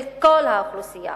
של כל האוכלוסייה.